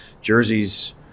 Jerseys